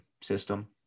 system